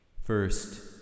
First